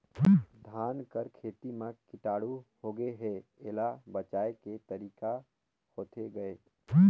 धान कर खेती म कीटाणु होगे हे एला बचाय के तरीका होथे गए?